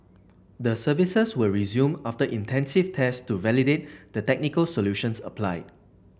the services were resumed after intensive tests to validate the technical solutions applied